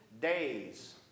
days